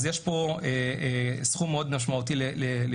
אז יש פה סכום מאוד משמעותי למתקנים.